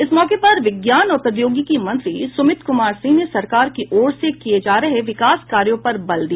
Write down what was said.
इस मौके पर विज्ञान और प्रौद्योगिकी मंत्री सुमित कुमार सिंह ने सरकार की ओर से किये जा रहे विकास कार्यों पर बल दिया